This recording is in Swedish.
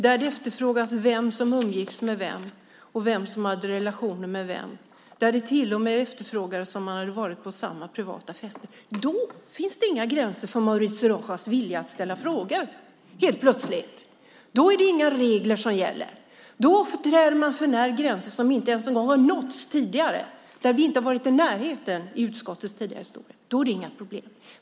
Det efterfrågades vem som umgicks med vem, vem som hade relationer med vem och till och med om man hade varit på samma privata fester. Då finns det helt plötsligt inga gränser för Mauricio Rojas vilja att ställa frågor. Då är det inga regler som gäller. Då träder man för nära gränser som vi inte ens en gång har varit i närheten av att nå tidigare i utskottets historia. Då är det inga problem.